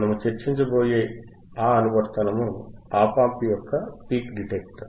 మనము చర్చించబోయే ఆ అనువర్తనము ఆప్ యాంప్ యొక్క పీక్ డిటెక్టర్